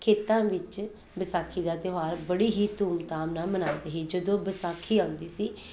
ਖੇਤਾਂ ਵਿੱਚ ਵਿਸਾਖੀ ਦਾ ਤਿਉਹਾਰ ਬੜੀ ਹੀ ਧੂਮਧਾਮ ਨਾਲ ਮਨਾਉਂਦੇ ਹੀ ਜਦੋਂ ਵਿਸਾਖੀ ਆਉਂਦੀ ਸੀ